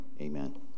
amen